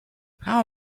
how